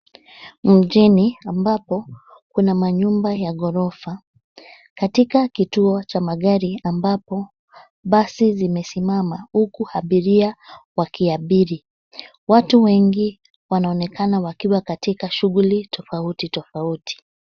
Mjini ambapo, kuna manyumba ya ghorofa, katika kituo cha magari ambapo, basi zimesimama huku abiria wakiabiri. Watu wengi wanaonekana wakiwa katika shughuli tofauti tofauti.